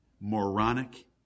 moronic